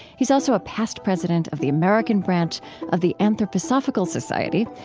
he's also a past president of the american branch of the anthroposophical society,